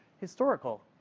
historical